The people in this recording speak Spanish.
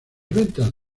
ventas